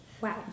Wow